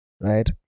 right